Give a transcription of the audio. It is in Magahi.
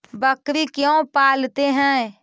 बकरी क्यों पालते है?